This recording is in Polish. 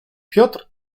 piotr